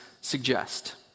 suggest